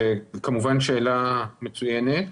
זו כמובן שאלה מצוינת.